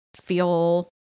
feel